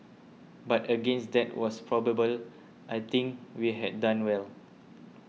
but against that was probable I think we had done well